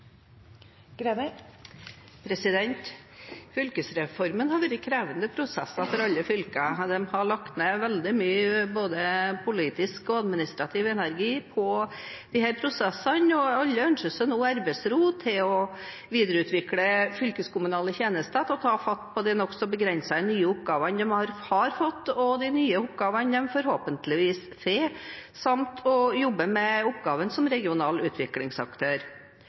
Fylkesreformen har vært en krevende prosess for alle fylker. De har lagt ned veldig mye både politisk og administrativ energi på disse prosessene, og alle ønsker seg nå arbeidsro til å videreutvikle fylkeskommunale tjenester, til å ta fatt på de nokså begrensede nye oppgavene de har fått, de nye oppgavene de forhåpentligvis får, samt å jobbe med oppgaven som regional utviklingsaktør.